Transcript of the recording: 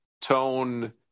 tone